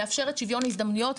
מאפשרת שוויון הזדמנויות,